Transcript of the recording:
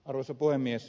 arvoisa puhemies